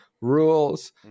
rules